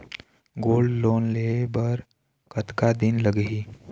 Gold loan लेहे बर कतका दिन लगही?